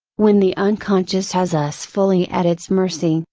when the unconscious has us fully at its mercy,